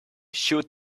shoot